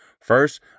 First